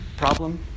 Problem